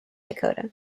dakota